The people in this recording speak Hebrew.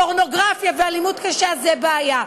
פורנוגרפיה ואלימות קשה הן בעיה.